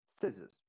scissors